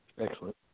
Excellent